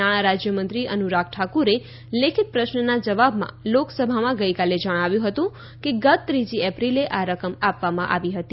નાણાં રાજ્યમંત્રી અનુરાગ ઠાકુરે લેખિત પ્રશ્નના જવાબમાં લોકસભામાં ગઈકાલે જણાવ્યું હતું કે ગત ત્રીજી એપ્રિલે આ રકમ આપવામાં આવી હતી